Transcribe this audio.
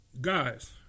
guys